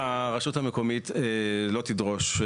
הרשות המקומית לא תדרוש,